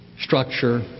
structure